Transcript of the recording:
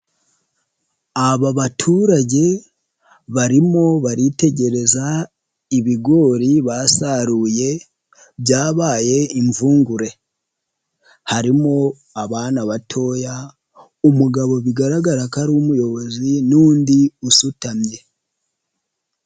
Aba baturage barimo baritegereza ibigori basaruye byabaye imvungure harimo abana batoya, umugabo bigaragara ko ari umuyobozi n'undi usutamye.